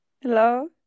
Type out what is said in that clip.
Hello